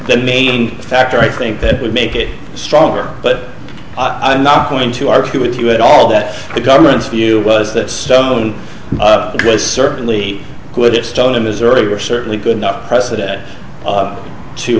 the main factor i think that would make it stronger but i'm not going to argue with you at all that the government's view was that stone was certainly good at stone in missouri are certainly good enough president to